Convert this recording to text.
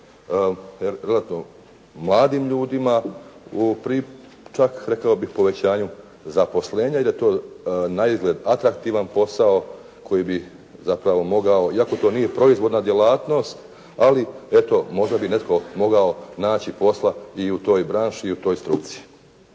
relativno mladim ljudima, čak rekao bih povećanjem zaposlenja jer to naizgled atraktivan posao koji bi zapravo mogao, iako to nije proizvodna djelatnost, ali eto možda bi netko mogao naći posla i u toj branši i u toj struci.